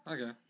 Okay